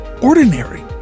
ordinary